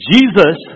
Jesus